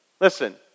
Listen